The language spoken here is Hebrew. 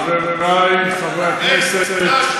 חברי חברי הכנסת,